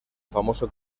famoso